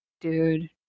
dude